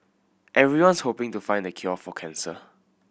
everyone's hoping to find the cure for cancer